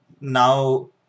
now